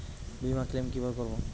বিমা ক্লেম কিভাবে করব?